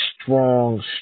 strong